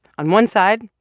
on one side,